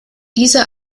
diese